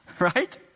Right